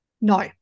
No